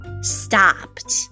stopped